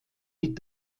die